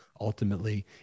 ultimately